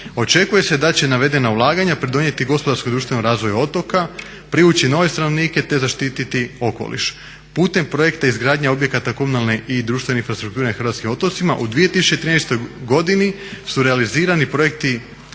Očekuje se da će navedena ulaganja pridonijeti gospodarskom i društvenom razvoju otoka, privući nove stanovnike te zaštititi okoliš. Putem projekta izgradnje objekata komunalne i društvene infrastrukture na hrvatskim otocima u 2013. godini su realizirani projekti